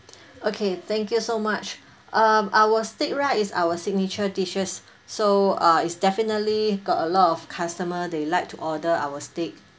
okay thank you so much um our steak right is our signature dishes so uh it's definitely got a lot of customer they like to order our steak